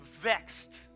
vexed